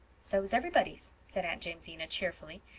so's everybody's, said aunt jamesina cheerfully.